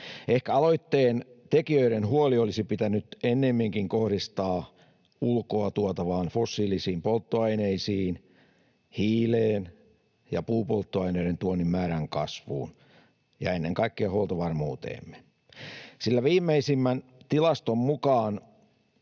Ehkä aloitteen tekijöiden huoli olisi pitänyt ennemminkin kohdistaa ulkoa tuotaviin fossiilisiin polttoaineisiin, hiileen, puupolttoaineiden tuonnin määrän kasvuun ja ennen kaikkea huoltovarmuuteemme, sillä viimeisimmän tilaston mukaan